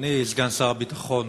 אדוני סגן שר הביטחון,